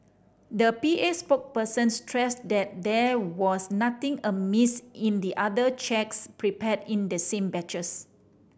the P A spokesperson stressed that there was nothing amiss in the other cheques prepared in the same batches